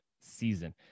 season